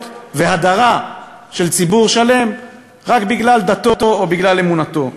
והדרה של ציבור שלם רק בגלל דתו או בגלל אמונתו.